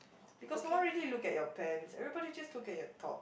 because no one really look at your pants everybody just look at your top